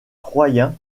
troyen